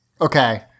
Okay